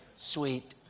sweet.